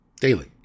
Daily